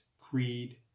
creed